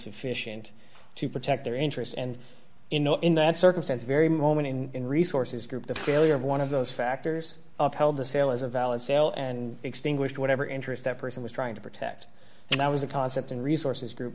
sufficient to protect their interests and you know in that circumstance very moment in resources group the failure of one of those factors of held the sale as a valid sale and extinguished whatever interest that person was trying to protect and i was a concept and resources group